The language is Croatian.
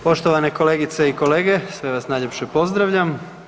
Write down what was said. Poštovane kolegice i kolege, sve vas najljepše pozdravljam.